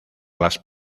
las